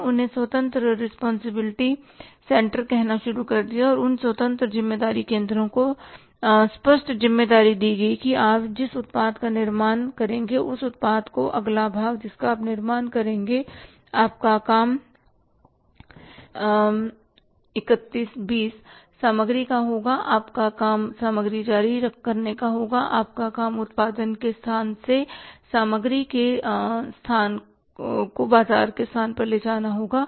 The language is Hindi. हमने उन्हें स्वतंत्र रिस्पांसिबिलिटी सेंटर कहना शुरू कर दिया और उन स्वतंत्र ज़िम्मेदारी केंद्रों को स्पष्ट ज़िम्मेदारी दी गई कि आप जिस उत्पाद का निर्माण करेंगे उस उत्पाद का अगला भाग जिसका आप निर्माण करेंगे आपका काम 3120 सामग्री का होगा आपका काम सामग्री जारी करने का होगा आपका काम उत्पादन के स्थान से सामग्री को बाजार के स्थान पर ले जाना होगा